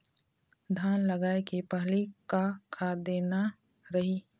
धान लगाय के पहली का खाद देना रही?